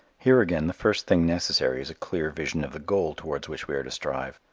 here again the first thing necessary is a clear vision of the goal towards which we are to strive.